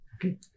Okay